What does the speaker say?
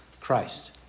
Christ